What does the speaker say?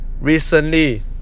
Recently